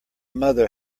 mother